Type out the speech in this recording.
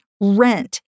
rent